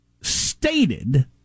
stated